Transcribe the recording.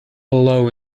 below